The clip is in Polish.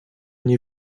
nie